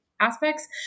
aspects